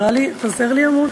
חסר לי עמוד.